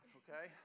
okay